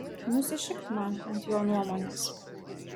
nusišikt man ant jo nuomonės